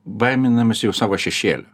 baiminamasi jau savo šešėlio